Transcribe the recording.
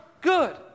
good